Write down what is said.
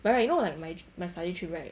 but right you know like my my study trip right